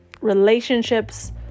relationships